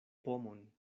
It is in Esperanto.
pomon